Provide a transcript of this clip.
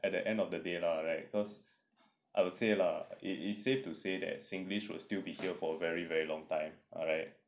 at the end of the day lah right cause I would say lah it is safe to say that singlish would still be here for very very long time alright